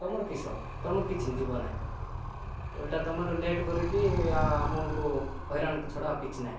ତୁମର କିସ ତୁମକୁ କିଛି ଯିବ ନାଇଁ ଓଲଟା ତୁମର ଲେଟ୍ ଡକରିକି ଆ ଆମଙ୍କୁ ହଇରାଣ ଛଡ଼ା ଆଉ କିଛି ନାଇଁ